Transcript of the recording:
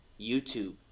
YouTube